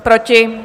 Proti?